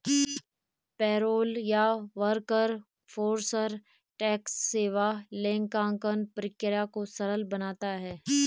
payroll या workforce tax सेवाएं लेखांकन प्रक्रिया को सरल बनाता है